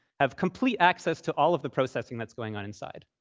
have complete access to all of the processing that's going on inside,